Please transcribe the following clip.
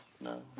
no